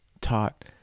taught